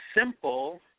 simple